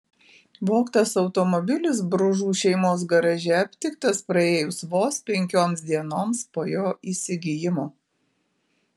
vogtas automobilis bružų šeimos garaže aptiktas praėjus vos penkioms dienoms po jo įsigijimo